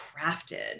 crafted